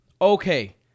Okay